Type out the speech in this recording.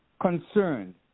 concerned